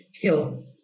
feel